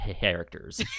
characters